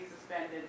suspended